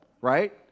right